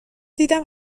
دیدم